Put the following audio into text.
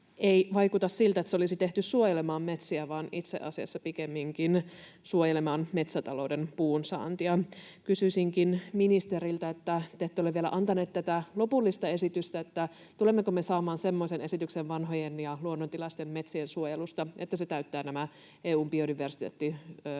ei vaikuta siltä, että se olisi tehty suojelemaan metsiä vaan itse asiassa pikemminkin suojelemaan metsätalouden puunsaantia. Kysyisinkin ministeriltä: Te ette ole vielä antaneet tätä lopullista esitystä. Tulemmeko me saamaan semmoisen esityksen vanhojen ja luonnontilaisten metsien suojelusta, että se täyttää nämä EU:n biodiversiteettisopimuksen